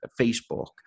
Facebook